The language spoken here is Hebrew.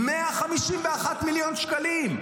151 מיליון שקלים.